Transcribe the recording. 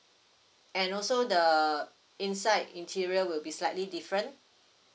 and also the uh inside interior would be slightly different